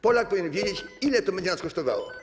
Polak powinien wiedzieć, ile to będzie nas kosztowało.